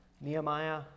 Nehemiah